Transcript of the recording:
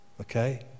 Okay